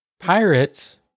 Pirates